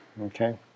Okay